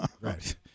Right